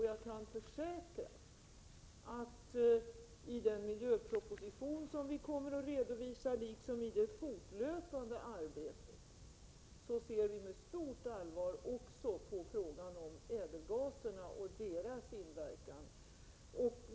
Jag kan försäkra att vi i den miljöproposition som vi kommer att redovisa, liksom i det fortlöpande arbetet, ser med stort allvar också på frågan om ädelgaserna och deras inverkan.